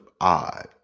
odd